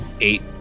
eight